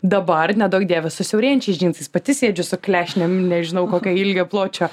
dabar neduok dieve su siaurėjančiais džinsais pati sėdžiu su klešnėm nežinau kokio ilgio pločio